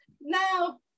now